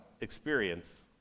experience